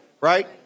Right